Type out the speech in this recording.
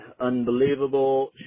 Unbelievable